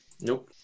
Nope